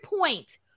point